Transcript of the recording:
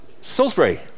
Salisbury